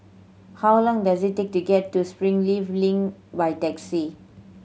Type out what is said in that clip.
how long does it take to get to Springleaf Link by taxi